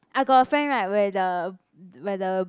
I got a friend right where the where the